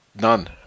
None